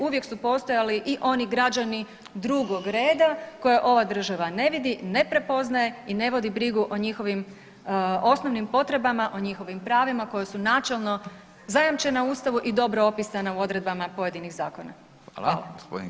Uvijek su postojali i oni građani drugog reda koje ova država ne vidi, ne prepoznaje i ne vodi brigu o njihovim osnovnim potrebama, o njihovim pravima koja su načelno zajamčena u Ustavu i dobro opisana u odredbama pojedinih zakona.